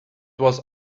was